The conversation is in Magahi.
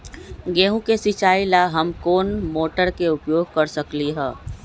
गेंहू के सिचाई ला हम कोंन मोटर के उपयोग कर सकली ह?